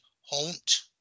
haunt